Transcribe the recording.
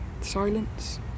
silence